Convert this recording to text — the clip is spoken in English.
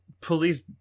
police